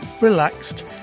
relaxed